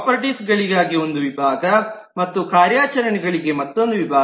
properties ಗಳಿಗಾಗಿ ಒಂದು ವಿಭಾಗ ಮತ್ತು ಕಾರ್ಯಾಚರಣೆಗಳಿಗೆ ಮತ್ತೊಂದು ವಿಭಾಗ